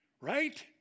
Right